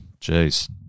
jeez